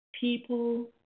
people